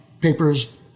papers